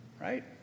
right